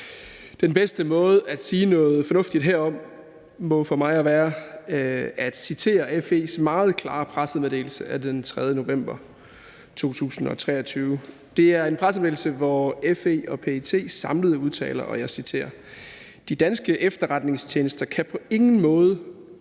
Den bedste måde at sige noget fornuftigt herom må for mig at se være at citere FE's meget klare pressemeddelelse af 3. november 2023. Det er en pressemeddelelse, hvor FE og PET samlet udtaler: »De danske efterretningstjenester kan på ingen måde